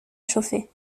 chauffait